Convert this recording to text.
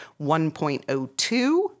1.02